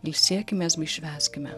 ilsėkimės švęskime